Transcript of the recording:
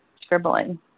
scribbling